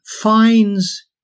finds